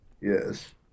Yes